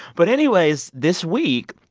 but anyways, this week,